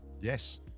Yes